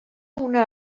una